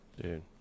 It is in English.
Dude